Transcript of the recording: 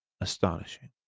astonishing